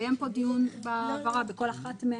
התקיים דיון בהעברה בכל אחת מהן,